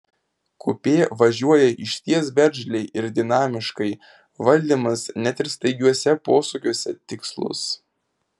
kupė važiuoja išties veržliai ir dinamiškai valdymas net ir staigiuose posūkiuose tikslus